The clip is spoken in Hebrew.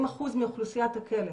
40% מאוכלוסיית הכלא,